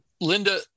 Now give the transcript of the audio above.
Linda